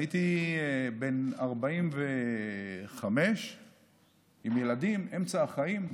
הייתי בן 45 עם ילדים, אמצע החיים,